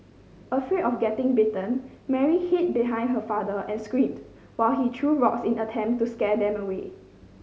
afraid of getting bitten Mary hid behind her father and screamed while he threw rocks in attempt to scare them away